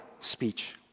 speech